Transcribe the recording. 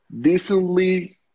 decently